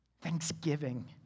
Thanksgiving